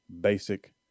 basic